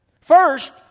First